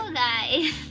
guys